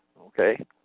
okay